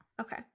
Okay